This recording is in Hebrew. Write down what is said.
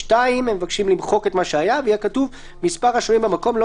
(2)" הם מבקשים למחוק את מה שהיה ולכתוב "מספר השוהים במקום לא